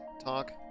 talk